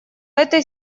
этой